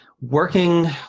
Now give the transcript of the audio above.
Working